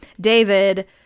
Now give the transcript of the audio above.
David